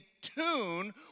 tune